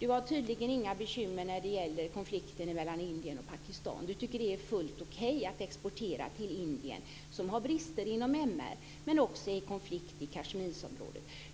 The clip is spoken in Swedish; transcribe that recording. Hon har tydligen inga bekymmer när det gäller konflikten mellan Indien och Pakistan. Hon tycker att det är helt okej att exportera till Indien som har brister när det gäller mänskliga rättigheter men som också är i konflikt i Kashmirområdet.